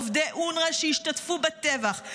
עובדי אונר"א שהשתתפו בטבח,